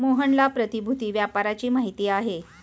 मोहनला प्रतिभूति व्यापाराची माहिती आहे